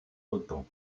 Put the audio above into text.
autant